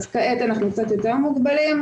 אז כעת אנחנו קצת יותר מוגבלים,